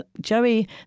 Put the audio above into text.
Joey